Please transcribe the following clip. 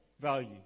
value